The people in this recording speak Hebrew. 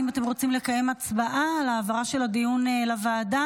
האם אתם רוצים לקיים הצבעה על העברה של הדיון לוועדה?